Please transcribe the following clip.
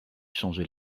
changer